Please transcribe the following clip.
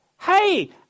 hey